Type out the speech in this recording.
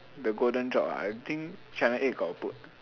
the golden job ah I think channel eight got put